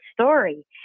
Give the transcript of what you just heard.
story